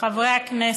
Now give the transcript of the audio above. חברי הכנסת,